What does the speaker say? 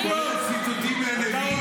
כולל הציטוטים מהנביאים,